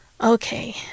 Okay